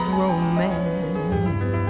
romance